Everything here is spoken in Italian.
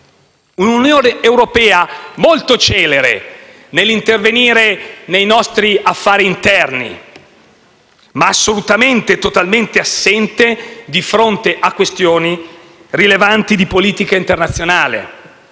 Una Unione europea molto celere nell'intervenire nei nostri affari interni, ma assolutamente e totalmente assente di fronte a questioni rilevanti di politica internazionale.